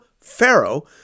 Pharaoh